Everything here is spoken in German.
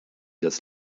das